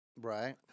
Right